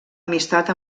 amistat